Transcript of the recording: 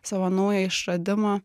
savo naują išradimą